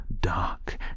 dark